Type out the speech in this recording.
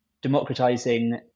democratizing